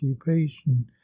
occupation